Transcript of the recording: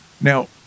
Now